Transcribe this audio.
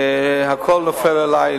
הכול נופל עלי,